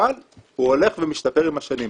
אבל הוא הולך ומשתפר עם השנים.